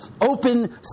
open